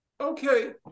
Okay